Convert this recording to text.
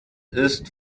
ist